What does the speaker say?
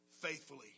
faithfully